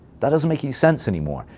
that doesn't make any sense anymore.